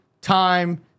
time